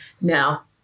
Now